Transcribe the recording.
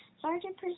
Sergeant